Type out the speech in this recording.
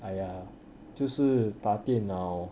!aiya! 就是打电脑